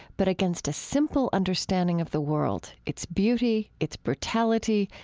but against a simple understanding of the world, its beauty, its brutality,